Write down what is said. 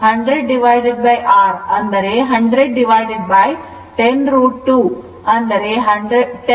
ಆದ್ದರಿಂದ ಅದು 100r10010 √ 210 0